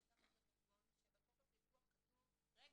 צריך לקחת בחשבון שבחוק הפיקוח כתוב --- רגע,